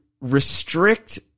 restrict